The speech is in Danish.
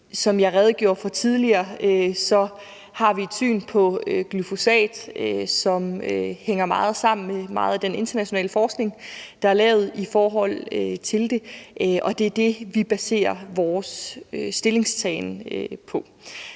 Som jeg redegjorde for tidligere, har vi et syn på glyfosat, som er meget i overensstemmelse med meget af den internationale forskning, der er lavet om det, og det er det, vi baserer vores stillingtagen på.